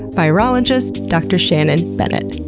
virologist dr. shannon bennett